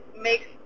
makes